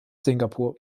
singapur